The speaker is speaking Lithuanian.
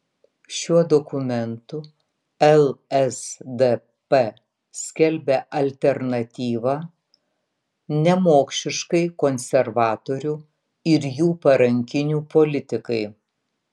šiuo dokumentu lsdp skelbia alternatyvą nemokšiškai konservatorių ir jų parankinių politikai